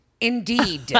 indeed